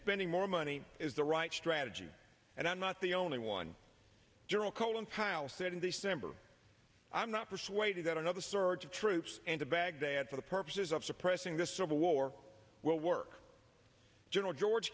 spending more money is the right strategy and i'm not the only one general colin powell said in december i'm not persuaded that another surge of troops into baghdad for the purposes of suppressing this civil war will work general george